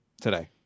today